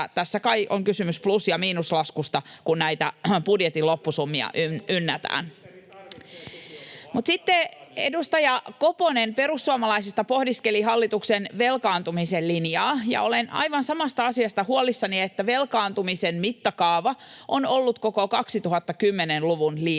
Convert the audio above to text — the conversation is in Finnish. että ministeri tarvitsee tukiopetusta! — Jukka Gustafsson: Vastatkaa nyt!] Edustaja Koponen perussuomalaisista pohdiskeli hallituksen velkaantumisen linjaa, ja olen aivan samasta asiasta huolissani, että velkaantumisen mittakaava on ollut koko 2010-luvun liian suuri,